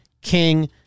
King